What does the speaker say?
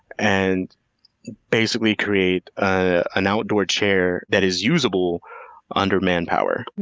and basically create an outdoor chair that is usable under manpower.